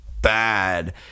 bad